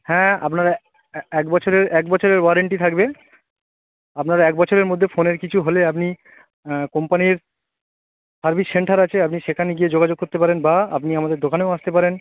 হ্যাঁ আপনার এক বছরের এক বছরের ওয়ারেন্টি থাকবে আপনার এক বছরের মধ্যে ফোনের কিছু হলে আপনি কোম্পানির সার্ভিস সেন্টার আছে আপনি সেখানে গিয়ে যোগাযোগ করতে পারেন বা আপনি আমাদের দোকানেও আসতে পারেন